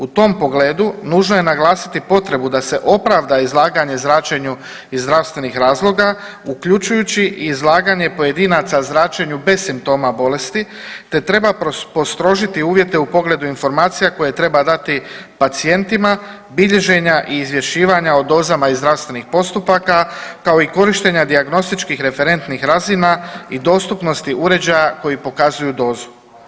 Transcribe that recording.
U tom pogledu nužno je naglasiti potrebu da se opravda izlaganje zračenju iz zdravstvenih razloga uključujući i izlaganje pojedinaca zračenju bez simptoma bolesti, te treba postrožiti uvjete u pogledu informacija koje treba dati pacijentima, bilježenja i izvješćivanja o dozama i zdravstvenih postupaka, kao i korištenja dijagnostičkih referentnih razina i dostupnosti uređaja koji pokazuju dozu.